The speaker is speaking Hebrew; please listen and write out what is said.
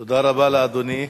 תודה רבה לאדוני.